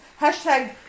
hashtag